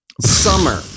summer